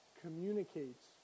communicates